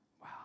Wow